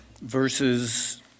verses